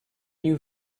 you